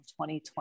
2020